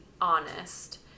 honest